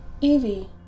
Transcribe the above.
Evie